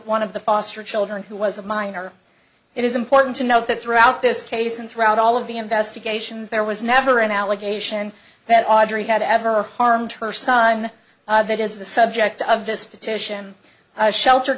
one of the foster children who was a minor it is important to note that throughout this case and throughout all of the investigations there was never an allegation that audrey had ever harmed her son that is the subject of this petition shelter